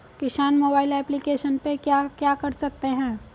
किसान mobile application पे क्या क्या कर सकते हैं?